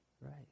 right